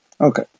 Okay